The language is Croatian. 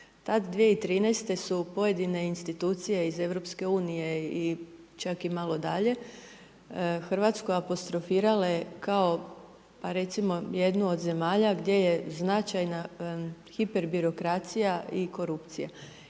Tad 2013. su pojedine institucije iz EU i čak malo i dalje, RH apostrofirale kao, pa recimo jednu od zemalja gdje je značajna hiperbirokracija i korupcija.